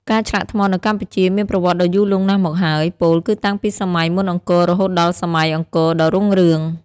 ការឆ្លាក់ថ្មនៅកម្ពុជាមានប្រវត្តិដ៏យូរលង់ណាស់មកហើយ ពោលគឺតាំងពីសម័យមុនអង្គររហូតដល់សម័យអង្គរដ៏រុងរឿង។